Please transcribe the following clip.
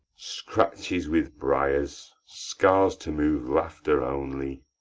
scratches with briers, scars to move laughter only.